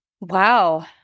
Wow